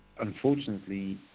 unfortunately